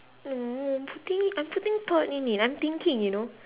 no putting in I'm putting thought in it I'm thinking you know